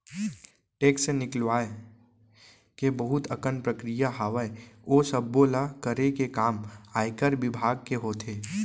tax निकलवाय के बहुत अकन प्रक्रिया हावय, ओ सब्बो ल करे के काम आयकर बिभाग के होथे